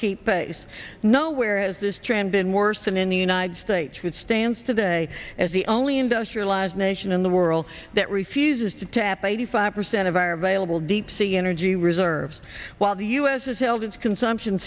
keep pace no where is this trend been worse than in the united states who stands today as the only industrialized nation in the world that refuses to tap eighty five percent of our available deep sea energy reserves while the us has held its consumption